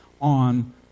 on